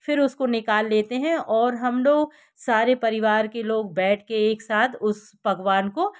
फिर उसको निकाल लेते हैं और हम लोग सारे परिवार के लोग बैठ के एक साथ उस पकवान को